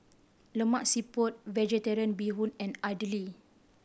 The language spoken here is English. Lemak Siput Vegetarian Bee Hoon and idly